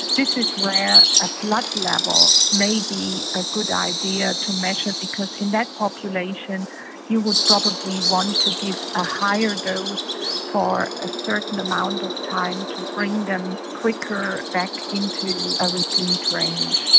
this is where a blood level may be a good idea to measure because in that population you would probably want to give a higher dose for a certain amount of time to bring them quicker back into a replete range.